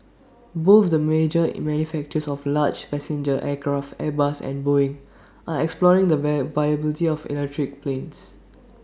both the major in manufacturers of large passenger aircraft airbus and boeing are exploring the via viability of electric planes